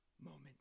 moment